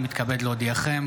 אני מתכבד להודיעכם,